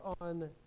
on